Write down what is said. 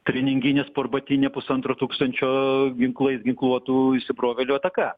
treninginė sportbatinė pusantro tūkstančio ginklais ginkluotų įsibrovėlių ataka